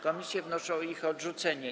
Komisje wnoszą o ich odrzucenie.